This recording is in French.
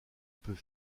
peut